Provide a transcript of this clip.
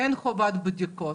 אין חובת בדיקות